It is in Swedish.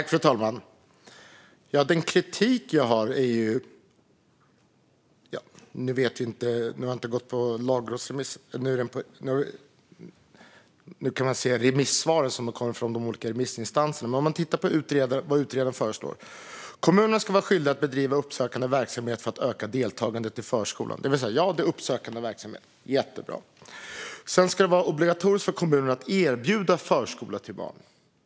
Fru talman! Det har inte blivit någon lagrådsremiss ännu, men vi kan ju titta på remissvaren som har kommit från de olika remissinstanserna. Utredaren föreslår alltså att "kommunerna ska vara skyldiga att bedriva uppsökande verksamhet för att öka deltagandet i förskolan" - uppsökande verksamhet, jättebra. Sedan ska det vara "obligatoriskt för kommunerna att erbjuda förskola till barn".